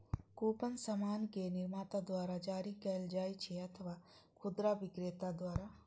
coupon सामान के निर्माता द्वारा जारी कैल जाइ छै अथवा खुदरा बिक्रेता द्वारा